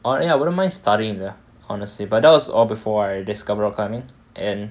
oh ya I wouldn't mind studying there ya honesty but that was all before I discovered rock climbing and